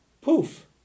Poof